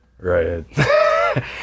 Right